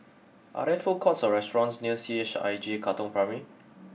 are there food courts or restaurants near C H I J Katong Primary